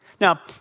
Now